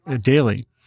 daily